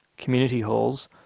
community halls,